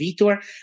Vitor